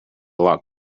lot